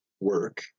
work